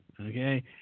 Okay